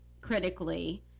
critically